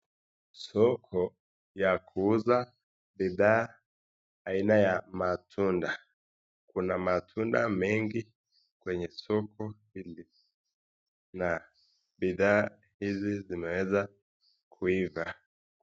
Soko ya kuuza bidhaa aina ya matunda, kuna matunda mengi kwenye soko hili ,na bidhaa hizi zimeweza kuiva.